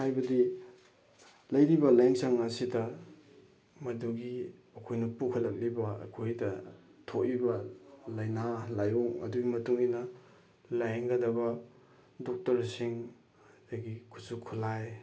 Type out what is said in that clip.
ꯍꯥꯏꯕꯗꯤ ꯂꯩꯔꯤꯕ ꯂꯥꯏꯌꯦꯡꯁꯪ ꯑꯁꯤꯗ ꯃꯗꯨꯒꯤ ꯑꯩꯈꯣꯏꯅ ꯄꯨꯈꯠꯂꯛꯂꯤꯕ ꯑꯩꯈꯣꯏꯗ ꯊꯣꯛꯏꯕ ꯂꯥꯏꯅꯥ ꯂꯥꯏꯑꯣꯡ ꯑꯗꯨꯒꯤ ꯃꯇꯨꯡ ꯏꯟꯅ ꯂꯥꯏꯌꯦꯡꯒꯗꯕ ꯗꯣꯛꯇꯔꯁꯤꯡ ꯑꯗꯒꯤ ꯈꯨꯠꯁꯨ ꯈꯨꯠꯂꯥꯏ